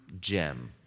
gem